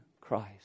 Christ